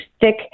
thick